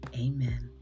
Amen